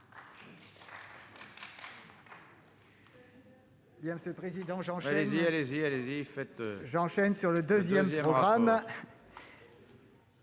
applaudissements,